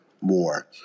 more